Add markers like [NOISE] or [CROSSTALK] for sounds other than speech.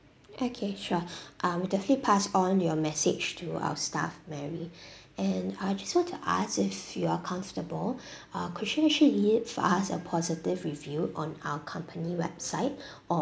okay sure um we definitely pass on your message to our staff mary [BREATH] and I just want to ask if you are comfortable [BREATH] uh could actually leave us a positive review on our company website [BREATH] or